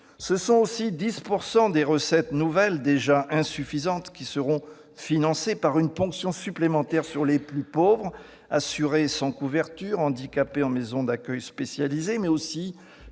Ce sont aussi 10 % des recettes nouvelles déjà insuffisantes qui seront financées par une ponction supplémentaire sur les plus pauvres- assurés sans couverture, handicapés en maison d'accueil spécialisé -, mais aussi